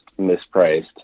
mispriced